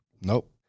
Nope